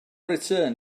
return